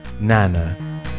Nana